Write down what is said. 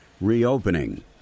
reopening